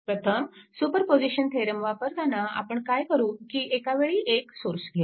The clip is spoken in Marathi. प्रथम सुपरपोजिशन थेरम वापरताना आपण काय करू की एकावेळी एक सोर्स घेऊ